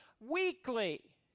weekly